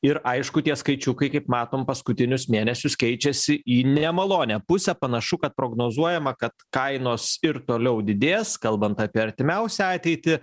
ir aišku tie skaičiukai kaip matom paskutinius mėnesius keičiasi į nemalonią pusę panašu kad prognozuojama kad kainos ir toliau didės kalbant apie artimiausią ateitį